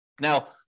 Now